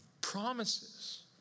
promises